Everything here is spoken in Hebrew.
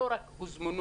לא רק הוזמנו.